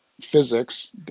physics